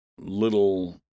little